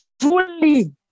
truly